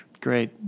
Great